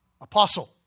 Apostle